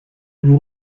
vous